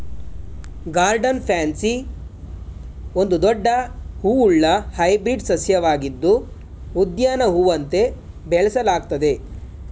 garden pansy ಒಂದು ದೊಡ್ಡ ಹೂವುಳ್ಳ ಹೈಬ್ರಿಡ್ ಸಸ್ಯವಾಗಿದ್ದು ಉದ್ಯಾನ ಹೂವಂತೆ ಬೆಳೆಸಲಾಗ್ತದೆ